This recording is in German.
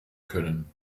können